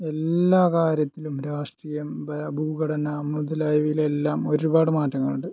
എല്ലാ കാര്യത്തിലും രാഷ്ട്രീയം ബേ ഭൂഘടന മുതലായവയിലെല്ലാം ഒരുപാട് മാറ്റങ്ങളുണ്ട്